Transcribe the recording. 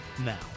now